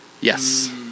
Yes